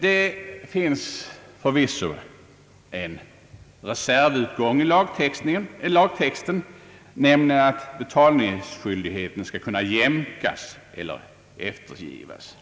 Det finns förvisso en reservutgång i lagtexten, nämligen att betalningsskyldigheten skall kunna jämkas eller eftergivas.